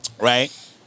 Right